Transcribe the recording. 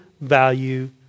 value